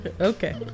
Okay